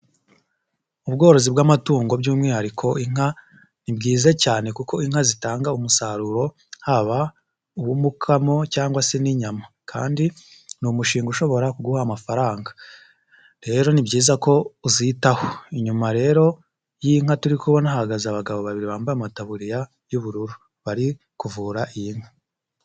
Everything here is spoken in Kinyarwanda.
Ubworozi bw'amatungo by'umwihariko inka, ni byiza cyane kuko inka zitanga umusaruro, haba uwumukamo cyangwa se n'inyama kandi ni umushinga ushobora kuguha amafaranga, rero ni byiza ko uzitaho, inyuma rero y'inka turi kubona hahagaze abagabo babiri bambaye amataburiya y'ubururu, bari kuvura iyi nka.